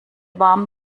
warm